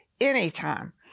anytime